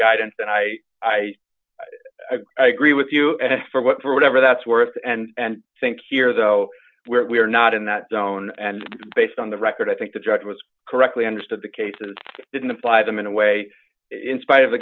guidance and i i agree with you as for what for whatever that's worth and i think here though where we are not in that zone and based on the record i think the judge was correctly understood the cases didn't apply them in a way in spite of the